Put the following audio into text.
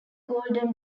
golden